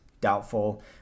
Doubtful